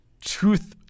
Truth